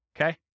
okay